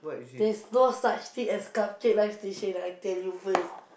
there's no such thing as cupcake live station ah I tell you first